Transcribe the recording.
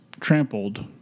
trampled